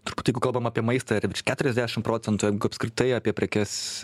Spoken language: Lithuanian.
turbūt jeigu kalbam apie maistą ir virš keturiasdešimt procentų jeigu apskritai apie prekes